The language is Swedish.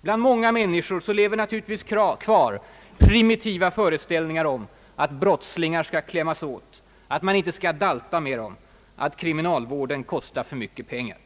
Bland många människor lever naturligtvis kvar den primitiva föreställningen att brottslingar skall »klämmas åt», att man inte skall »dalta» med dem, att kriminalvården kostar för mycket pengar.